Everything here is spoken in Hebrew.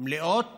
מלאות